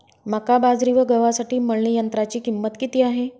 मका, बाजरी व गव्हासाठी मळणी यंत्राची किंमत किती आहे?